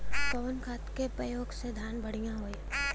कवन खाद के पयोग से धान बढ़िया होई?